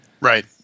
Right